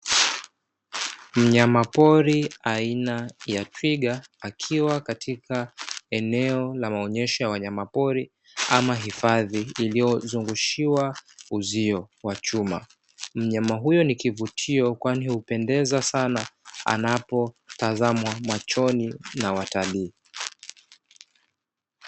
Mnyamapori aina ya twiga akiwa katika eneo la maonyesho ya wanyamapori ama hifadhi iliyozungushiwa uzio wa chuma, mnyama huyo ni kivutio kwani hupendeza sana anapotazamwa machoni na watalii.